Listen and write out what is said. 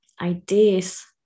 ideas